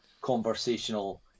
conversational